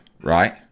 right